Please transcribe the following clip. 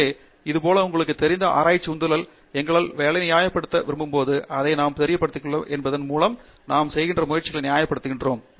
எனவே இதேபோல் உங்களுக்குத் தெரிந்த ஆராய்ச்சிக்கு உந்துதலுக்காக எங்களது வேலை நியாயப்படுத்த நாம் விரும்புவதால் எதைப் பற்றி நாம் தெரிந்துகொள்கிறோம் என்பதின் மூலம் நாம் செய்கின்ற முயற்சிகளை நியாயப்படுத்துகிறோம்